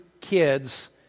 kids